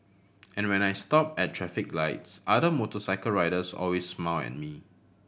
and when I stop at traffic lights other motorcycle riders always smile at me